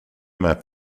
map